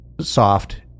soft